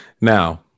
Now